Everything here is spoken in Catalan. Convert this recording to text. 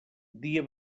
dia